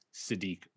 Sadiq